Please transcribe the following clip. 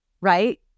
right